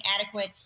adequate